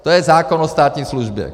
To je zákon o státní službě.